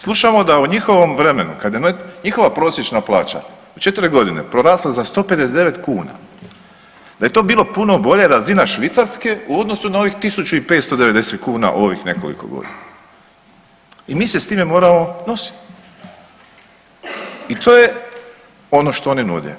Slušamo da u njihovom vremenu kada je njihova prosječna plaća 4 godine porasla za 159 kuna da je to bila puno bolja razina Švicarske u odnosu na ovih tisuću 590 kuna u ovih nekoliko godina i mi se s time moramo nositi i to je ono što oni nude.